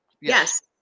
Yes